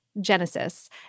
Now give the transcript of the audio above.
Genesis